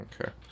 Okay